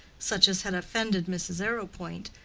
such as had offended mrs. arrowpoint,